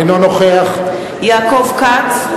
אינו נוכח יעקב כץ,